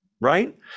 Right